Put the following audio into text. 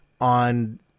on